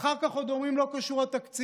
אחר כך עוד אומרים: לא קשור התקציב.